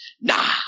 Nah